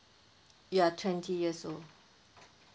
you are twenty years old